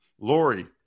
Lori